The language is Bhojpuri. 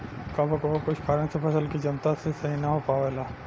कबो कबो कुछ कारन से फसल के जमता सही से ना हो पावेला